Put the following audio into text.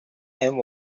and